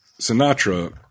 Sinatra